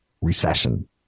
recession